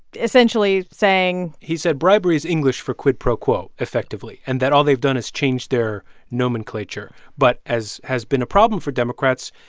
essentially saying. he said bribery is english for quid pro quo effectively, and that all they've done is change their nomenclature. but, as has been a problem for democrats,